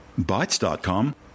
Bytes.com